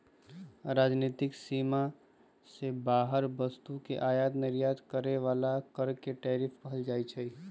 राजनीतिक सीमा से बाहर वस्तु के आयात निर्यात पर लगे बला कर के टैरिफ कहल जाइ छइ